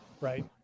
right